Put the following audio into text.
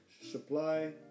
supply